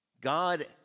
God